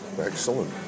Excellent